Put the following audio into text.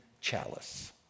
chalice